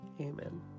Amen